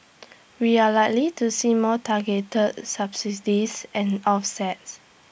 we are likely to see more targeted subsidies and offsets